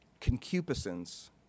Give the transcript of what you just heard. concupiscence